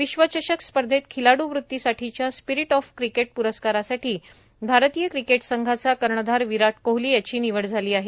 विश्वचषक स्पर्धेत खिलाडू वृत्तीसाठीच्या स्पिरिट ऑफ क्रिकेट पूरस्कारासाठी भारतीय क्रिकेट संघाचा कर्णधार विराट कोहली याची निवड झाली आहे